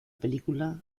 película